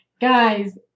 Guys